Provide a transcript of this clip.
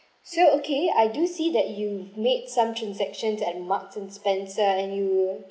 so okay I do see that you made some transaction at marks and spencer and you